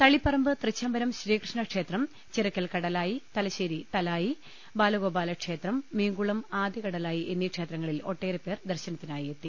തളിപറമ്പ് തൃച്ചംബരം ശ്രീകൃ ഷ്ണക്ഷേത്രം ചിറക്കൽ കടലായി തലശ്ശേരി തലായി ബാലഗോപാല ക്ഷേത്രം മീങ്കുളം ആദികടലായി എന്നീ ക്ഷേത്രങ്ങളിൽ ഒട്ടേറെപേർ ദർശ നത്തിനായി എത്തി